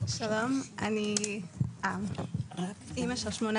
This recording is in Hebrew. שלום, אני אימא של שמונה